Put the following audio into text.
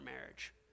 marriage